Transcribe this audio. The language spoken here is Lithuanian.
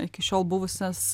iki šiol buvusias